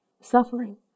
suffering